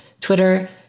Twitter